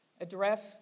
address